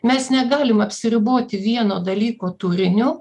mes negalim apsiriboti vieno dalyko turiniu